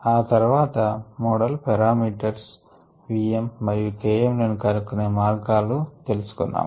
ఆ తర్వాత model parameters v m మరియు k m లను కనుక్కునే మార్గాలను తెలుసుకున్నాము